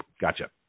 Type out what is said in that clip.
gotcha